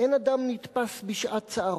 אין אדם נתפס בשעת צערו.